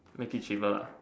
make it cheaper lah